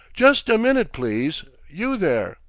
just a minute, please, you there!